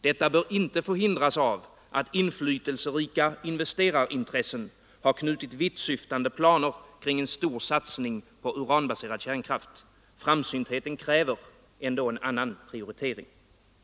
Detta bör inte få hindras av att inflytelserika investerarintressen knutit vittsyftande planer kring en stor satsning på uranbaserad kärnkraft. Framsyntheten kräver en annan prioritering.